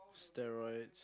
steroids